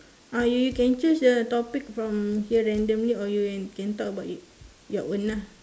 oh you can choose a topic from here randomly or you can can talk about your your own lah